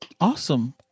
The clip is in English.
Awesome